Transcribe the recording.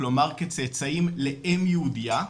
כלומר כצאצאים לאם יהודייה,